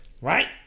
Right